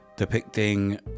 depicting